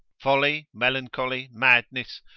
folly, melancholy, madness,